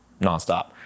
nonstop